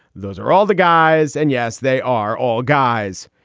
those are all the guys. and yes, they are all guys.